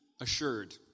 assured